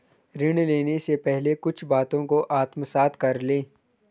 ऋण लेने से पहले कुछ बातों को आत्मसात कर लें